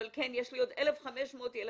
אבל כן יש לי עוד 1,500 ילדים.